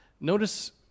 Notice